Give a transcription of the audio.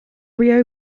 rio